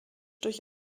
durch